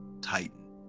Titan